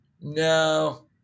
No